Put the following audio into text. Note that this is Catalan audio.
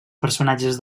personatges